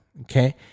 Okay